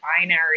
binary